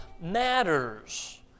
matters